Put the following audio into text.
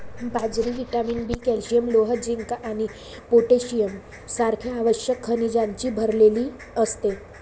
बाजरी vitamin B, calcium, लोह, zinc आणि पोटॅशियम सारख्या आवश्यक खनिजांनी भरलेली असते